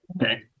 Okay